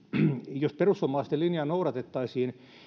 jos perussuomalaisten linjaa noudatettaisiin